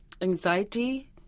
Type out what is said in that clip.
anxiety